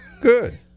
Good